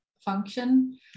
function